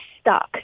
stuck